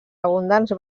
abundants